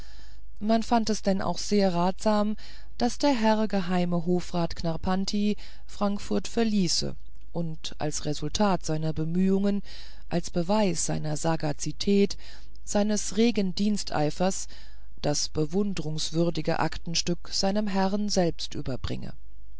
man fand es denn auch sehr ratsam daß der herr geheime hofrat knarrpanti frankfurt verließe und als resultat seiner bemühungen als beweis seiner sagazität seines regen diensteifers das bewundrungswürdige aktenstück seinem herrn selbst überbringe